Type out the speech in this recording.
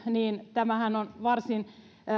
niin tämähän on varsin